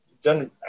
done –